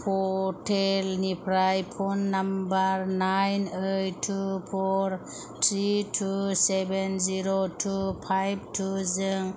प'र्टेलनिफ्राय phone number nine eight two four three two seven zero two five two जों